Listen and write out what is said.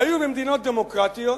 היו במדינות דמוקרטיות